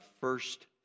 first